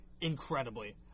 incredibly